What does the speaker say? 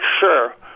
sure